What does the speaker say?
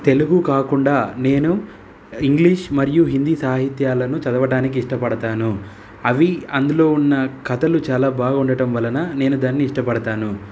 తెలుగు కాకుండా నేను ఇంగ్లీష్ మరియు హిందీ సాహిత్యాలను చదవడానికి ఇష్టపడతాను అవి అందులో ఉన్న కథలు చాలా బాగుండడం వలన నేను దాన్ని ఇష్టపడతాను